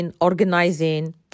organizing